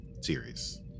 series